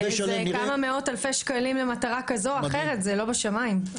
כמה מאות אלפי שקלים למטרה כזו או אחרת זה לא בשמיים.